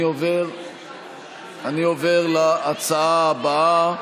אני עובר להצעה הבאה,